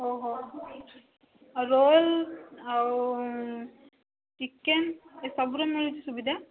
ଓହୋ ଆଉ ରୋଲ୍ ଆଉ ଚିକେନ୍ ଏଇ ସବୁର ମିଳୁଛି ସୁବିଧା